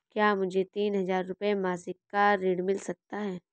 क्या मुझे तीन हज़ार रूपये मासिक का ऋण मिल सकता है?